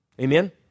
Amen